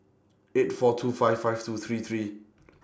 eight four two five five two three three